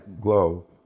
Glow